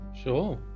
Sure